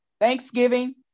Thanksgiving